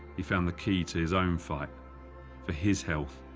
he found the key to his own fight for his health,